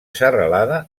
serralada